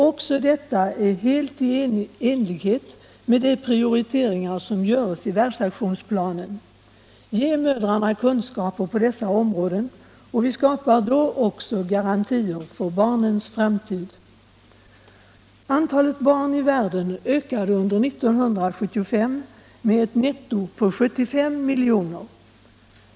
Också detta är helt i Internationellt utvecklingssamar enlighet med de prioriteringar som görs i världsaktionsplanen. Ge mödrarna kunskaper på dessa områden, och vi skapar då också garantier för barnens framtid. Antalet barn i världen ökade under 1975 med ett netto på 75 miljoner.